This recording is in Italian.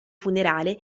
funerale